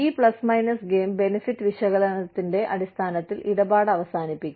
ഈ plus minus cost benefit വിശകലനത്തിന്റെ അടിസ്ഥാനത്തിൽ ഇടപാട് അവസാനിപ്പിക്കും